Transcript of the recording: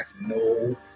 no